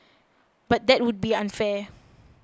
but that would be unfair